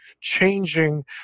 changing